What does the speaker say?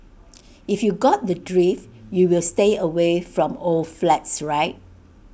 if you got the drift you will stay away from old flats right